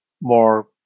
more